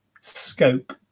scope